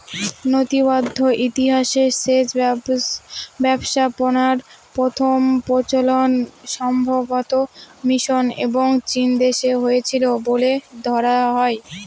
নথিবদ্ধ ইতিহাসে সেচ ব্যবস্থাপনার প্রথম প্রচলন সম্ভবতঃ মিশর এবং চীনদেশে হয়েছিল বলে ধরা হয়